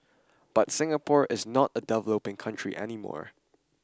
but Singapore is not a developing country any more